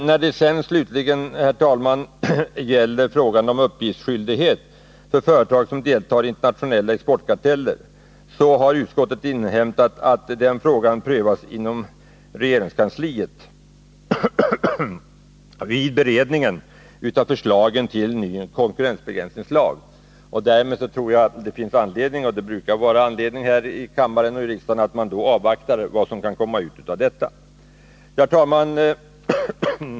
När det, herr talman, slutligen gäller frågan om uppgiftsskyldighet för företag som deltar i internationella exportkarteller, har utskottet inhämtat att den frågan prövas inom regeringskansliet vid beredningen av förslagen till ny konkurrensbegränsningslag. Därmed tror jag det finns anledning — och det brukar vara kutym här i kammaren — att avvakta vad som kan komma ut av detta. Herr talman!